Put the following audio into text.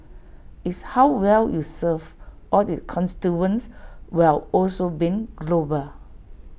it's how well you serve all its constituents while also being global